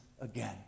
again